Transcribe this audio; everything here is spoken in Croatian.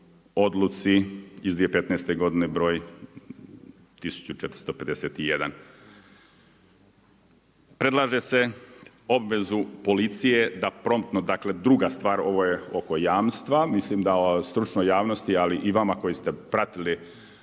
odluci iz 2015. godine 1451. Predlaže se obvezu policije da promptno, dakle druga stvar, ovo je oko jamstva, mislim da stručnoj javnosti ali i vama koji ste pratili